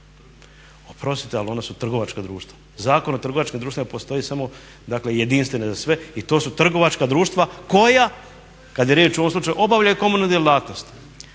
Oprostite ali ona su trgovačka društva. Zakon o trgovačkim društvima postoji, dakle jedinstven je za sve, i to su trgovačka društva koja kad je riječ o ovom slučaju obavljaju komunalnu djelatnost